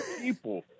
people